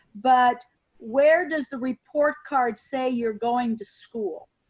but where does the report card say you're going to school?